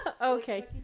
Okay